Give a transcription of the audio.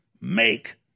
make